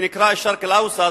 שנקרא "א-שארק אל-אווסט",